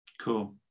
Cool